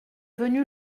venu